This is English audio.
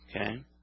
Okay